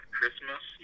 Christmas